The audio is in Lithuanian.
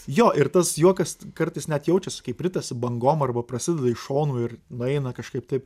jo ir tas juokas kartais net jaučiasi kaip ritasi bangom arba prasideda šonu ir nueina kažkaip taip